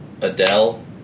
Adele